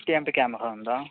CMT camera ఉందా